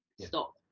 stop